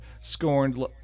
scorned